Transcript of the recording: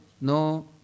No